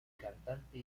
cantante